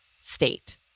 state